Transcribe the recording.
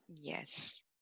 Yes